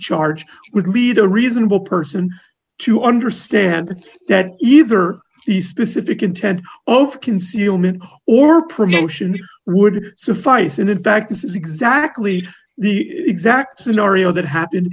charge would lead a reasonable person to understand that either the specific intent of concealment or promotion would suffice and in fact this is exactly the exact scenario that happened